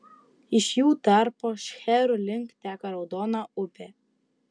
iš jų tarpo šcherų link teka raudona upė